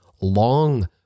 long